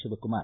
Shivakumar